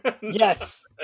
yes